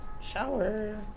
shower